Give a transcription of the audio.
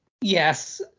Yes